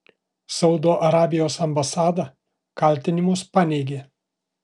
saudo arabijos ambasada kaltinimus paneigė